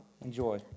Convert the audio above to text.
Enjoy